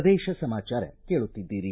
ಪ್ರದೇಶ ಸಮಾಚಾರ ಕೇಳುತ್ತಿದ್ದೀರಿ